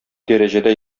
дәрәҗәдә